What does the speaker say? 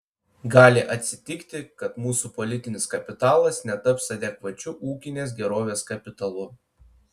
gali atsitikti kad mūsų politinis kapitalas netaps adekvačiu ūkinės gerovės kapitalu